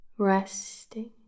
Resting